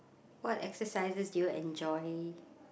what exercises do you enjoy